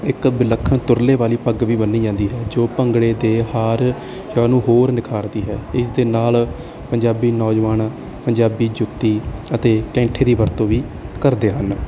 ਇੱਕ ਵਿਲੱਖਣ ਤੁਰਲੇ ਵਾਲੀ ਪੱਗ ਵੀ ਬੰਨੀ ਜਾਂਦੀ ਹੈ ਜੋ ਭੰਗੜੇ ਅਤੇ ਹਾਰ ਜਾਂ ਉਹਨੂੰ ਹੋਰ ਨਿਖਾਰਦੀ ਹੈ ਇਸ ਦੇ ਨਾਲ ਪੰਜਾਬੀ ਨੌਜਵਾਨ ਪੰਜਾਬੀ ਜੁੱਤੀ ਅਤੇ ਕੈਂਠੇ ਦੀ ਵਰਤੋਂ ਵੀ ਕਰਦੇ ਹਨ